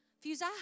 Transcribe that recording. Fuse